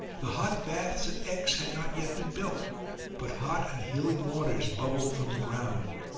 the hot baths at aix had not yet been built but hot and healing waters bubbled from the ground.